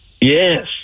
Yes